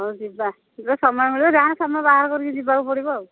ହଉ ଯିବା ଯିବା ସମୟ ମିଳିବ ଯାହା ସମୟ ବାହାର କରିକି ଯିବାକୁ ପଡ଼ିବ ଆଉ